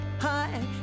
high